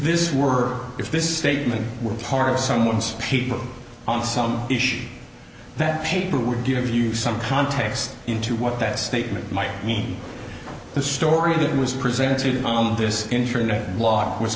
this were if this statement were part of someone's people on some issue that paper would give you some context into what that statement might mean the story that was presented on this internet blog was